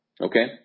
okay